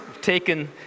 taken